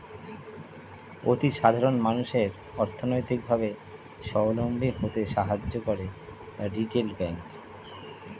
অতি সাধারণ মানুষদের অর্থনৈতিক ভাবে সাবলম্বী হতে সাহায্য করে রিটেল ব্যাংক